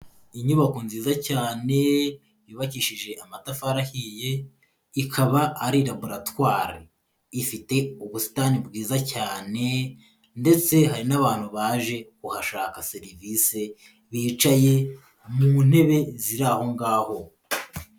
Inyubako nziza cyane yubakishije amatafari ahiye, ikaba ari laboratwari, ifite ubusitani bwiza cyane ndetse hari n'abantu baje kuhashaka serivisi, bicaye mu ntebe ziri aho ngaho.